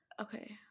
okay